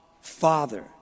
Father